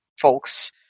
folks